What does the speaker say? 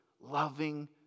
Loving